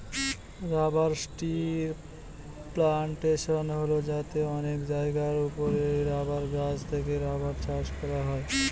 rubber ট্রির plantation হল যাতে অনেক জায়গার ওপরে রাবার গাছ থেকে রাবার চাষ করা হয়